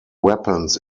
weapons